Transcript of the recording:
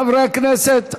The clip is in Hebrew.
חברי הכנסת,